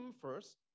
first